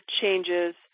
changes